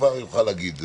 יוכל להגיד.